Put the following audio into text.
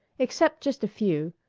except just a few.